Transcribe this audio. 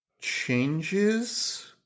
changes